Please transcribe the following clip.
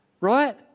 right